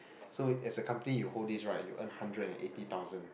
so as a company you hold this right you earn hundred and eighty thousand